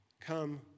come